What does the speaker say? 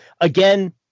Again